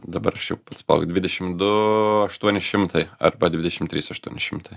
dabar aš jau pats palauk dvidešimt du aštuoni šimtai arba dvidešimt trys aštuoni šimtai